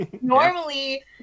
normally